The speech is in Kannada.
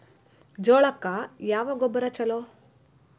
ಜೋಳಕ್ಕ ಯಾವ ಗೊಬ್ಬರ ಛಲೋ?